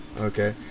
Okay